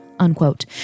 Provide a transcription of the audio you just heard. Unquote